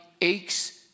aches